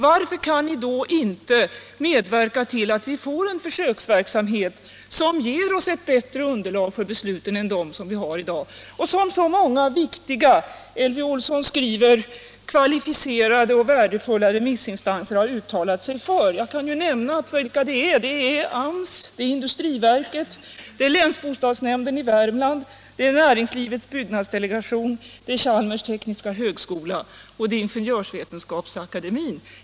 Varför kan ni då inte medverka till att vi får en försöksverksamhet, som ger oss ett bättre underlag för besluten än det som vi har i dag? Fru Olsson säger ju i svaret: ”Remissmaterialet är ytterst omfattande och kvalificerat.” Det är riktigt! Och många av remissinstanserna har uttalat sig för en försöksverksamhet. Jag kan nämna vilka dessa remissinstanser är. Det är AMS, industriverket, länsbostadsnämnden i Värmland, Näringslivets byggnadsdelegation, Chalmers tekniska högskola och Ingenjörsvetenskapsakademin.